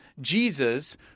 Jesus